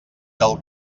del